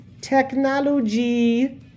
Technology